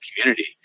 community